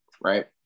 right